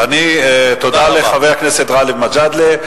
תודה לחבר הכנסת גאלב מג'אדלה.